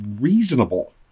reasonable